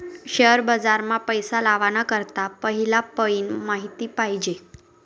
share बाजार मा पैसा लावाना करता पहिला पयीन माहिती पायजे